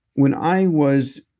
when i was.